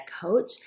coach